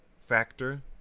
factor